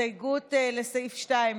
ההסתייגות היא של חברי הכנסת אביגדור ליברמן,